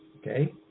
okay